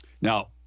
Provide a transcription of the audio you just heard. Now